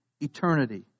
eternity